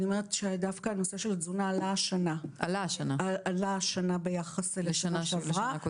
אני אומרת שדווקא הנושא של תזונה עלה השנה ביחס לשנה שעברה.